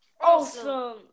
awesome